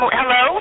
hello